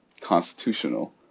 constitutional